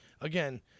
Again